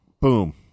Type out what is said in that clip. Boom